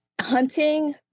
hunting